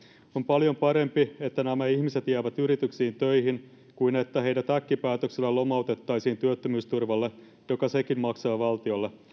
on paljon parempi että nämä ihmiset jäävät yrityksiin töihin kuin että heidät äkkipäätöksellä lomautettaisiin työttömyysturvalle joka sekin maksaa valtiolle